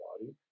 body